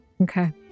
okay